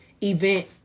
event